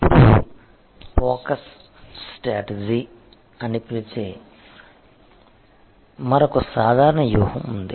ఇప్పుడు focus strategy అని పిలిచే మరొక సాధారణ వ్యూహం ఉంది